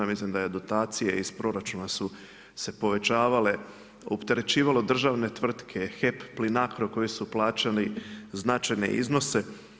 Mislim da je dotacije iz proračuna su se povećavale, opterećivalo državne tvrtke, HEP Plinacro koji su plaćali značajne iznose.